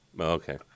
Okay